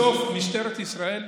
בסוף, משטרת ישראל,